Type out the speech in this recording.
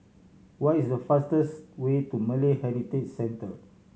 what is the fastest way to Malay Heritage Centre